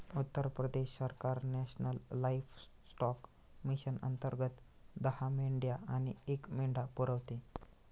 उत्तर प्रदेश सरकार national livestock mission अंतर्गत दहा मेंढ्या आणि एक मेंढा पुरवते